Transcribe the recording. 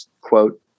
quote